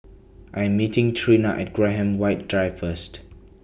I Am meeting Trina At Graham White Drive First